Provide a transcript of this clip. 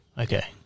Okay